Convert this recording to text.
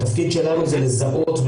התפקיד שלנו זה לזהות,